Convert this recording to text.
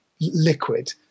liquid